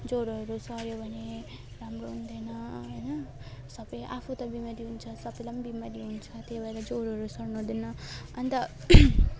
ज्वरोहरू सर्यो भने राम्रो हुँदैन होइन सबै आफू त बिमारी हुन्छ सबैलाई पनि बिमारी हुन्छ त्यही भएर ज्वरोहरू सर्नुहुँदैन अन्त